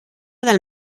del